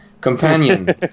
Companion